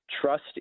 Trust